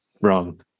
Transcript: wrong